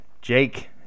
Jake